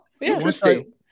Interesting